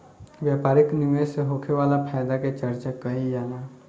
व्यापारिक निवेश से होखे वाला फायदा के चर्चा कईल जाला